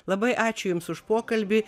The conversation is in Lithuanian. labai ačiū jums už pokalbį